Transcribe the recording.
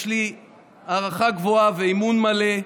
יש לי הערכה גבוהה ואמון מלא,